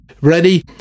ready